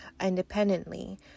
independently